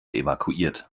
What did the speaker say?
evakuiert